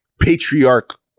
Patriarch